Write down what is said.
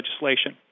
legislation